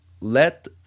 let